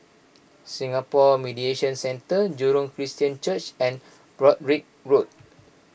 Singapore Mediation Centre Jurong Christian Church and Broadrick Road